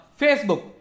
facebook